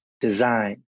Design